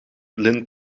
lint